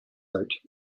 out